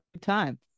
time